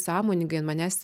sąmoningai an manęs